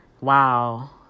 Wow